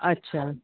अछा